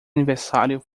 aniversário